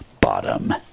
bottom